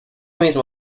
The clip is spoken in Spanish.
mismo